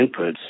inputs